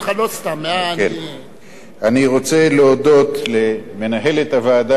אני רוצה להודות למנהלת הוועדה הגברת דורית ואג,